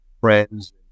friends